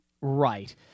Right